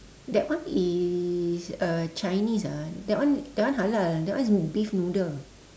that one is uh Chinese ah that one that one halal that one beef noodle